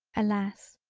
alas,